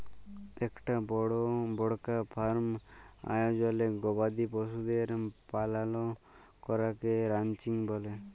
ইকটা বড়কা ফার্ম আয়জলে গবাদি পশুদের পালল ক্যরাকে রানচিং ব্যলে